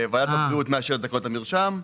הבריאות מאשרת את תקנות המרשם,